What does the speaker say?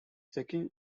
checking